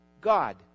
God